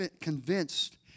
convinced